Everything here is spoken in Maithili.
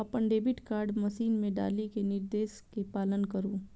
अपन डेबिट कार्ड मशीन मे डालि कें निर्देश के पालन करु